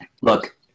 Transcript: look